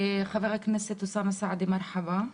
חבר הכנסת אוסאמה סעדי, מרחבא.